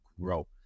grow